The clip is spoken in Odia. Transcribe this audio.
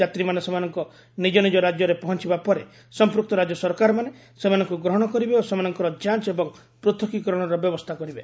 ଯାତ୍ରୀମାନେ ସେମାନଙ୍କ ନିଜ ନିଜ ରାଜ୍ୟରେ ପହଞ୍ଚବା ପରେ ସମ୍ପୁକ୍ତ ରାଜ୍ୟ ସରକାରମାନେ ସେମାନଙ୍କୁ ଗ୍ରହଣ କରିବେ ଓ ସେମାନଙ୍କର ଯାଞ୍ଚ୍ ଏବଂ ପୃଥକୀକରଣର ବ୍ୟବସ୍ଥା କରିବେ